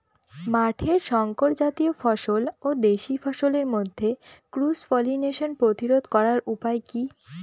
মাঠের শংকর জাতীয় ফসল ও দেশি ফসলের মধ্যে ক্রস পলিনেশন প্রতিরোধ করার উপায় কি?